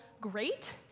great